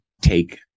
take